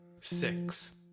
six